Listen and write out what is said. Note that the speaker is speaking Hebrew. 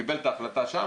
קיבל את ההחלטה שם,